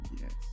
yes